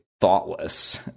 thoughtless